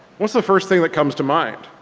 what's the first thing that comes to mind?